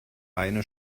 eine